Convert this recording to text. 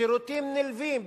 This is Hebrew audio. שירותים נלווים.